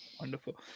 wonderful